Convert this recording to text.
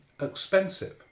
expensive